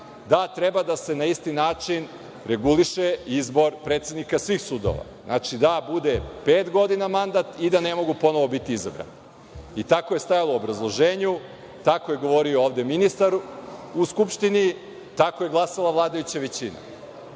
da treba da se na isti način reguliše izbor predsednika svih sudova, znači, da bude pet godina mandat i da ne mogu ponovo biti izabrani. Tako je stajalo u obrazloženju. Tako je govorio ovde ministar u Skupštini. Tako je glasala vladajuća većina. Deo